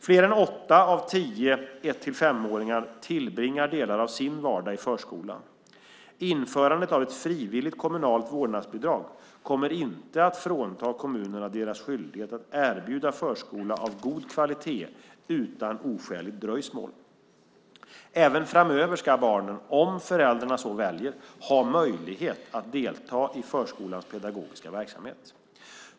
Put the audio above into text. Fler än åtta av tio ett till femåringar tillbringar delar av sin vardag i förskolan. Införandet av ett frivilligt kommunalt vårdnadsbidrag kommer inte att frånta kommunerna deras skyldighet att erbjuda förskola av god kvalitet utan oskäligt dröjsmål. Även framöver ska barnen, om föräldrarna så väljer, ha möjlighet att delta i förskolans pedagogiska verksamhet.